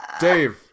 Dave